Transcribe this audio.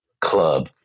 club